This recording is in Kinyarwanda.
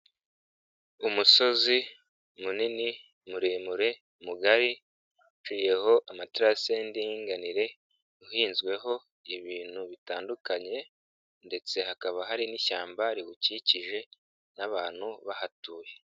Umusozi munini muremure mugari uciyeho amatera se y'indinganire uhinzweho ibintu bitandukanye ndetse hakaba hari n'ishyamba riwukikije n'abantu bahatuye.